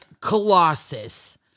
colossus